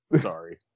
Sorry